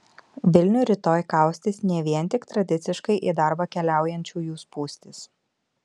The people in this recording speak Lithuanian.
vilnių rytoj kaustys ne vien tik tradiciškai į darbą keliaujančiųjų spūstys